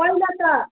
पहिला त